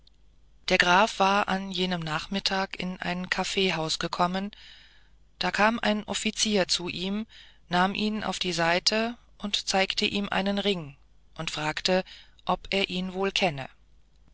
der graf war an jenem nachmittag in ein kaffeehaus gekommen da kam ein offizier zu ihm nahm ihn auf die seite zeigte ihm einen ring und fragte ob er ihn wohl kenne